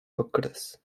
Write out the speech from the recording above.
okres